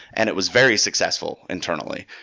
and it was very successful internally.